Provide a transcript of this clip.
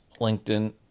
LinkedIn